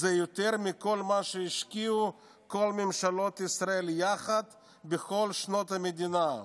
"זה יותר מכל מה שהשקיעו כל ממשלות ישראל יחד בכל שנות המדינה,